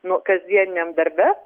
nu kasdieniniam darbe